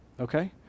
okay